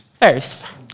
First